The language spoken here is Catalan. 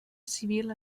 civil